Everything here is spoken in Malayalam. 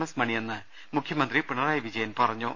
എസ് മണിയെന്ന് മുഖ്യമന്ത്രി പിണറായി വിജയൻ പറഞ്ഞു